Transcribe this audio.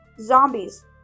Zombies